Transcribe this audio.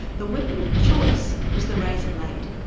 the weapon of choice was the razor blade,